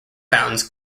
fountains